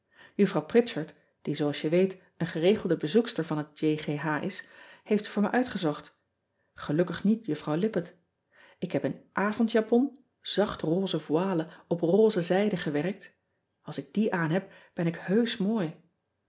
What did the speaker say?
ritchard die zooals je weet een geregelde bezoekster van het is heeft ze voor me uitgezocht gelukkig niet uffrouw ippett k heb een avondjapon zacht roze voile op roze zijde gewerkt als ik die aan heb ben ik heusch mooi